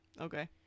Okay